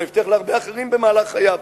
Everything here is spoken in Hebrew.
גם הבטיח להרבה אחרים במהלך חייו.